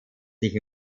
sich